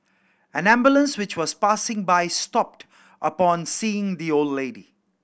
an ambulance which was passing by stopped upon seeing the old lady